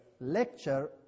lecture